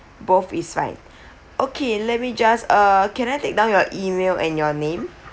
both is fine okay let me just uh can I take down your email and your name